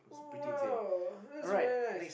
!wow! that's really nice